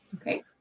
Okay